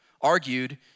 argued